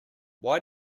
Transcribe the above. why